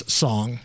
song